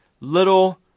little